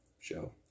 show